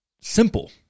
simple